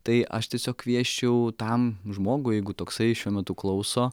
tai aš tiesiog kviesčiau tam žmogui jeigu toksai šiuo metu klauso